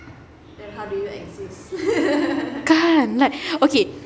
kan like okay